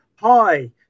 hi